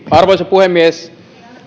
arvoisa puhemies